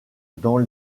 dans